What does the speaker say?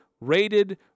rated